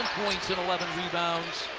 points and eleven rebounds.